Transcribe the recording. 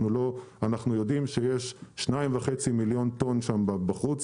אנחנו יודעים שיש 2.5 מיליון טון בחוץ,